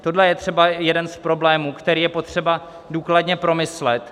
Tohle je třeba jeden z problémů, který je potřeba důkladně promyslet.